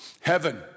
Heaven